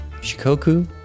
Shikoku